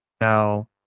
Now